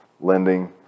lending